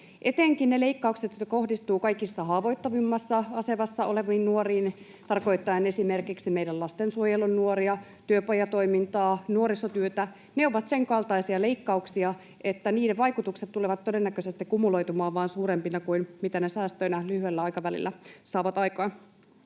Etenkin ne leikkaukset, jotka kohdistuvat kaikista haavoittuvimmassa asemassa oleviin nuoriin tarkoittaen esimerkiksi meidän lastensuojelun nuoria, työpajatoimintaa, nuorisotyötä, ovat sen kaltaisia leikkauksia, että niiden vaikutukset tulevat todennäköisesti kumuloitumaan vain suurempina kuin mitä ne säästöinä lyhyellä aikavälillä saavat aikaan.